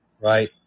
right